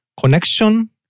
connection